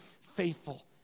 faithful